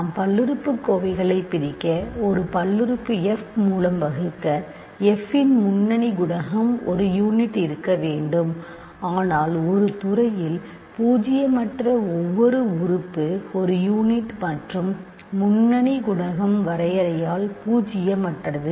நாம் பல்லுறுப்புக்கோவைகளைப் பிரிக்க ஒரு பல்லுறுப்பு F மூலம் வகுக்க F இன் முன்னணி குணகம் ஒரு யூனிட் இருக்க வேண்டும் ஆனால் ஒரு துறையில் பூஜ்ஜியமற்ற ஒவ்வொரு உறுப்பு ஒரு யூனிட் மற்றும் முன்னணி குணகம் வரையறையால் பூஜ்ஜியமற்றது